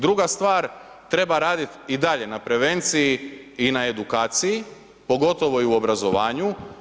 Druga stvar, treba raditi i dalje na prevenciji i na edukaciji, pogotovo i u obrazovanju.